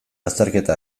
azterketa